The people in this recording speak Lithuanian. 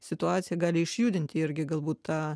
situacija gali išjudinti irgi galbūt tą